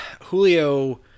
Julio –